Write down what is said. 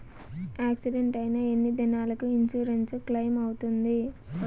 Accident అయిన ఎన్ని దినాలకు ఇన్సూరెన్సు క్లెయిమ్ అవుతుంది?